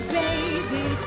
baby